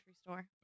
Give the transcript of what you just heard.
store